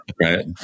Right